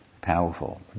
powerful